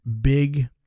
big